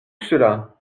cela